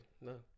no